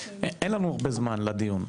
אין לנו הרבה זמן לדיון.